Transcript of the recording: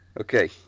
Okay